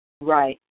Right